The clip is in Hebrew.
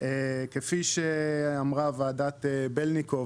כפי שאמרה ועדת בלניקוב,